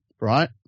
right